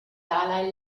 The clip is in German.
dalai